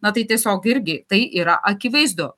na tai tiesiog irgi tai yra akivaizdu